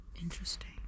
Interesting